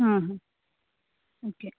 ಹಾಂ ಹಾಂ ಓಕೆ